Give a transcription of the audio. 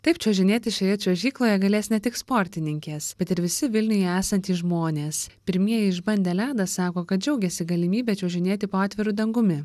taip čiuožinėti šioje čiuožykloje galės ne tik sportininkės bet ir visi vilniuje esantys žmonės pirmieji išbandę ledą sako kad džiaugiasi galimybe čiuožinėti po atviru dangumi